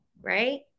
right